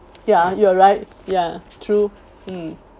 ya you're right ya true mm